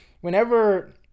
Whenever